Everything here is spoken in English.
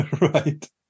Right